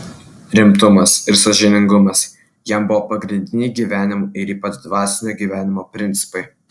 rimtumas ir sąžiningumas jam buvo pagrindiniai gyvenimo ir ypač dvasinio gyvenimo principai